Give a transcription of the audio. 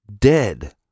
dead